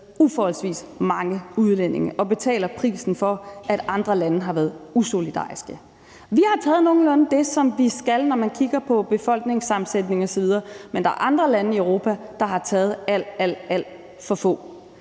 uforholdsmæssigt mange udlændinge og betaler prisen for, at andre lande har været usolidariske. Vi har taget nogenlunde det, som vi skal, når man kigger på befolkningssammensætningen osv., men der er andre lande i Europa, der har taget alt, alt for få.